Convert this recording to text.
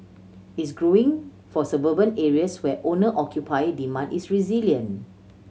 is growing for suburban areas where owner occupier demand is resilient